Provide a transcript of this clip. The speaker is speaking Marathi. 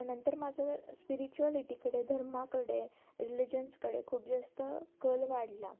नंतर माझं स्पिरिच्युअलिटीकडे धर्माकडे रिलिजन्सकडे खूप जास्त कल वाढला